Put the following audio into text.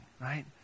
right